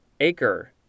Acre